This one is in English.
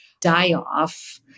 die-off